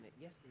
yes